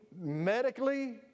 medically